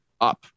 up